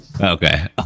Okay